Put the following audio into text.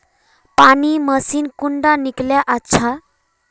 पानी मशीन कुंडा किनले अच्छा?